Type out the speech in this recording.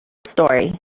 story